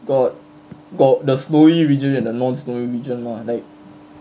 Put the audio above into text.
got got the snowy region and the non-snowy region mah like